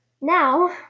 Now